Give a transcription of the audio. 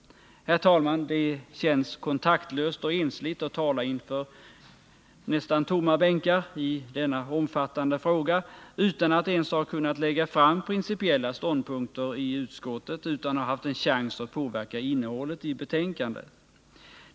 Herr talman! Det känns kontaktlöst och ensligt att i denna omfattande fråga tala inför nästan tomma bänkar utan att ens ha kunnat lägga fram principiella ståndpunkter i utskottet, utan att ha haft en chans att påverka innehållet i betänkandet.